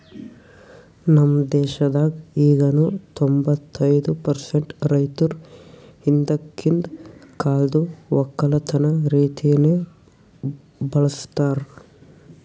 ನಮ್ ದೇಶದಾಗ್ ಈಗನು ತೊಂಬತ್ತೈದು ಪರ್ಸೆಂಟ್ ರೈತುರ್ ಹಿಂದಕಿಂದ್ ಕಾಲ್ದು ಒಕ್ಕಲತನ ರೀತಿನೆ ಬಳ್ಸತಾರ್